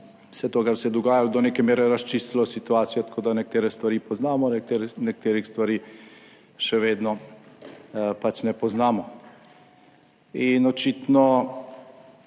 vse to, kar se je dogajalo, do neke mere razčistilo situacijo, tako da nekatere stvari poznamo, nekaterih stvari še vedno ne poznamo, in očitno